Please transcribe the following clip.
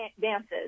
dances